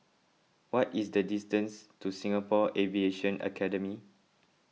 what is the distance to Singapore Aviation Academy